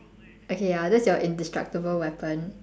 okay ya that's your indestructible weapon